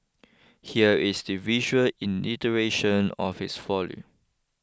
here is the visual of his folly